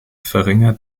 verringert